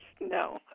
No